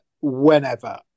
whenever